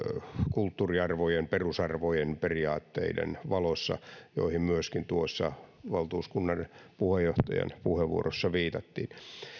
kulttuuriarvojen perusarvojen periaatteiden valossa joihin myöskin tuossa valtuuskunnan puheenjohtajan puheenvuorossa viitattiin